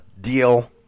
deal